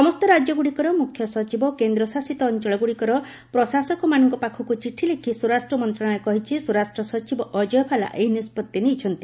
ସମସ୍ତ ରାଜ୍ୟଗୁଡିକର ମୁଖ୍ୟ ସଚିବ ଓ କେନ୍ଦ୍ରଶାସିତ ଅଞ୍ଚଳଗ୍ରଡ଼ିକର ପ୍ରଶାସକମାନଙ୍କ ପାଖକ୍ ଚିଠି ଲେଖି ସ୍ୱରାଷ୍ଟ୍ର ମନ୍ତ୍ରଣାଳୟ କହିଛି ସ୍ୱରାଷ୍ଟ୍ର ସଚିବ ଅଜୟ ଭାଲା ଏହି ନିଷ୍ପଭି ନେଇଛନ୍ତି